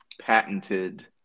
patented